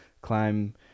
climb